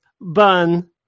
bun